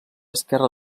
esquerra